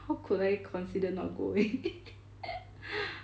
how could I consider not going